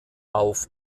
auf